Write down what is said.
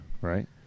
right